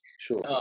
Sure